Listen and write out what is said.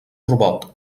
robot